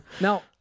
now